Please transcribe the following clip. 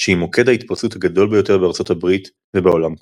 שהיא מוקד ההתפרצות הגדול ביותר בארצות הברית ובעולם כולו.